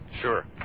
Sure